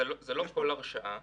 זו לא כל הרשעה,